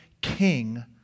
king